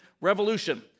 Revolution